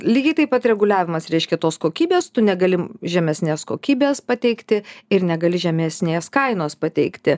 lygiai taip pat reguliavimas reiškia tos kokybės tu negali žemesnės kokybės pateikti ir negali žemesnės kainos pateikti